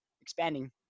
expanding